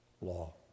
law